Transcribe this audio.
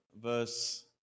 verse